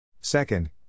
Second